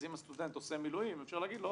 אז אם הסטודנט עושה מילואים אפשר להגיד לו,